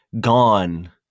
gone